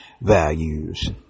values